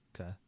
Okay